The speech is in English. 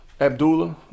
Abdullah